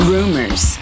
Rumors